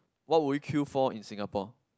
what would you queue for in Singapore